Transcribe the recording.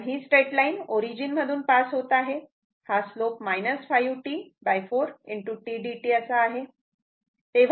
कारण ही straight line origin मधून पास होत आहे हा स्लोप 5 T4 tdt असा आहे